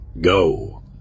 Go